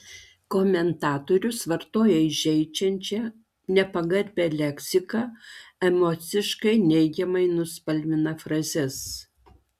komentatorius vartoja įžeidžiančią nepagarbią leksiką emociškai neigiamai nuspalvina frazes